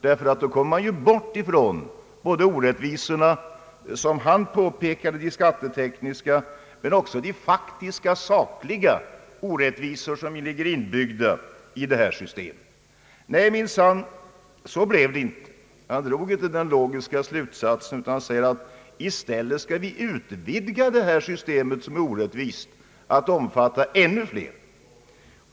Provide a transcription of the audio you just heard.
Då kommer man ifrån både de skattetekniska orättvisor som han påpekade och de faktiska, sakliga orättvisor som finns inbyggda i detta system. Nej, han drog inte den logiska slutsatsen utan säger att vi i stället skall utvidga detta system, som är orättvist, till att omfatta ännu fler.